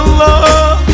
love